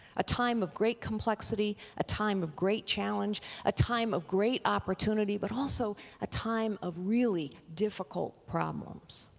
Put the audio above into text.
a time of great complexity a time of great challenge a time of great opportunity but also a time of really difficult problems.